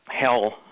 hell